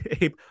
Abe